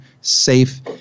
safe